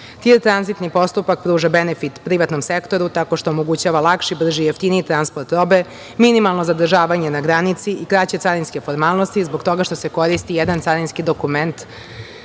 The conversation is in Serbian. Tranzitni postupak TIR pruža benefit privatnom sektoru tako što omogućava lakši, brži i jeftiniji transport robe, minimalno zadržavanje na granici i kraće carinske formalnosti zbog toga što se koristi jedan carinski dokument